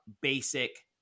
basic